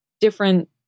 different